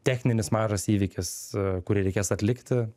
techninis mažas įvykis kurį reikės atlikti